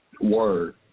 Word